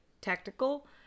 tactical